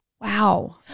Wow